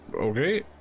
okay